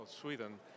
Sweden